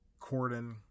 Corden